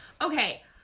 Okay